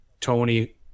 Tony